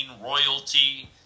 royalty